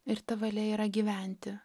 ir ta valia yra gyventi